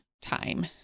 time